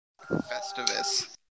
Festivus